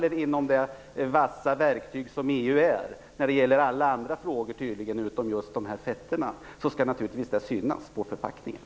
EU är ett vasst verktyg vad gäller alla frågor utom just frågan om fetterna, tydligen.